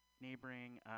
neighboring